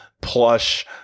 plush